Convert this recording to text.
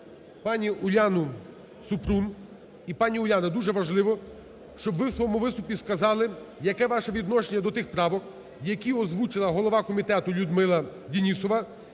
пані Уляну Супрун. І, пані Уляно, дуже важливо, щоб ви у своєму виступі сказали, яке ваше відношення до тих правок, які озвучила голова комітету Людмила Денісова